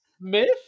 myth